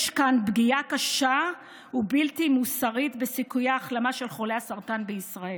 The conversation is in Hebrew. יש כאן פגיעה קשה ובלתי מוסרית בסיכויי החלמה של חולי הסרטן בישראל'".